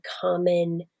common